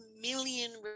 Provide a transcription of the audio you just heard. million